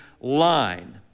line